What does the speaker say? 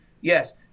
Yes